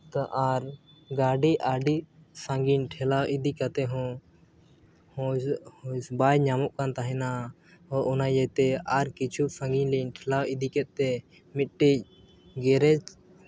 ᱛᱚ ᱟᱨ ᱜᱟᱹᱰᱤ ᱟᱹᱰᱤ ᱥᱟᱺᱜᱤᱧ ᱴᱷᱮᱞᱟᱣ ᱤᱫᱤ ᱠᱟᱛᱮᱫ ᱦᱚᱸ ᱦᱚᱸ ᱵᱟᱭ ᱧᱟᱢᱚᱜ ᱠᱟᱱ ᱛᱟᱦᱮᱱᱟ ᱚ ᱚᱱᱟ ᱤᱭᱟᱹᱛᱮ ᱟᱨ ᱠᱤᱪᱷᱩ ᱥᱟᱺᱜᱤᱧ ᱞᱤᱧ ᱴᱷᱮᱞᱟᱣ ᱤᱫᱤ ᱠᱮᱫ ᱛᱮ ᱢᱤᱫᱴᱤᱡ ᱜᱮᱨᱮᱡᱽ